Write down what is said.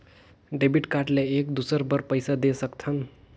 Debit card ले एक दुसर बार पइसा दे सकथन?